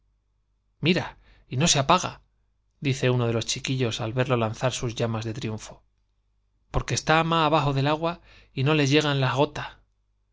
chi mira no se apaga uno y quillos al verlo lanzar sus llamas de triunfo porque está ma abajo del agua y no le yegan laz gota